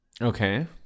Okay